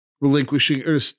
relinquishing